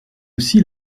aussi